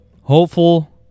hopeful